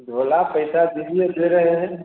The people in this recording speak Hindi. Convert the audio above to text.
झोला पैसा दीजिए दे रहे हैं